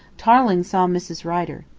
tarling saw mrs. rider.